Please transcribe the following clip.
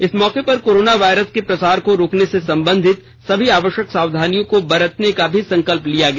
इस मौके पर कोरोना वायरस के प्रसार को रोकने से संबंधित सभी आवश्यक सावधानियों को बरतने का भी संकल्प लिया गया